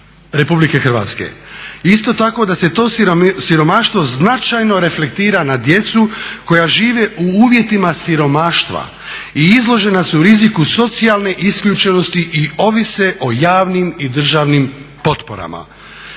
Republike Hrvatske, isto tako da se to siromaštvo značajno reflektira na djecu koja žive u uvjetima siromaštva i izložena su riziku socijalne isključenosti i ovise o javnim i državnim potporama.